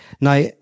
Now